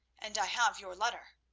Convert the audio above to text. and i have your letter.